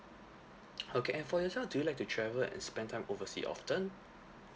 okay and for yourself do you like to travel and spend time oversea often